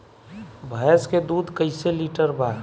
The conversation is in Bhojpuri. भैंस के दूध कईसे लीटर बा?